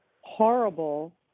horrible